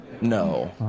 No